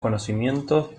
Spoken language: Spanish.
conocimientos